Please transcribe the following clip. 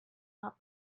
not